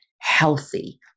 healthy